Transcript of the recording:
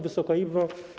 Wysoka Izbo!